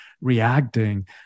reacting